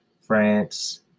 France